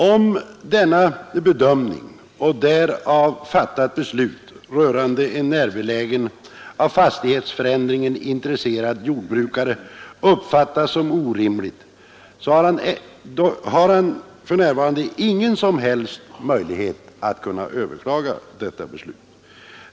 Om denna bedömning och på grund därav fattat beslut rörande en närbelägen fastighet av en av fastighetsförändringen intresserad jordbrukare uppfattas som orimligt, har han ingen som helst möjlighet att överklaga detta beslut.